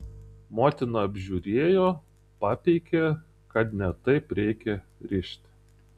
motina apžiūrėjo papeikė kad ne taip reikia rišti